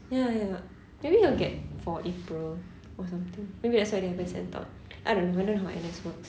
ya ya ya maybe he'll get for april or something maybe that's why they haven't sent out I don't know I don't know how N_S works